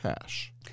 cash